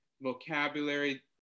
vocabulary